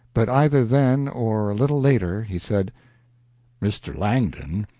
but either then or a little later he said mr. langdon,